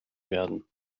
werden